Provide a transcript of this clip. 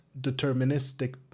deterministic